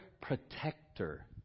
protector